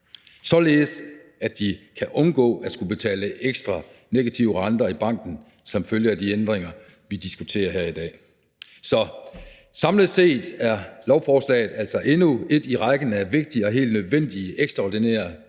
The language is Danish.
således at de kan undgå at skulle betale ekstra negative renter i banken som følge af de ændringer, vi diskuterer her i dag. Så samlet set er lovforslaget altså endnu et i rækken af vigtige og helt nødvendige, ekstraordinære